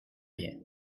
rien